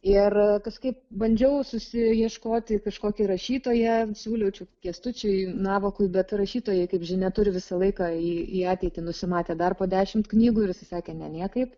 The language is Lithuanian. ir kažkaip bandžiau susiieškoti kažkokį rašytoją siūliau čia kęstučiui navakui bet rašytojai kaip žinia turi visą laiką į ateitį nusimatę dar po dešimt knygų ir jisai sakė ne niekaip